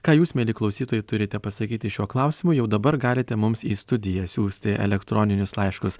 ką jūs mieli klausytojai turite pasakyti šiuo klausimu jau dabar galite mums į studiją siųsti elektroninius laiškus